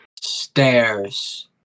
Stairs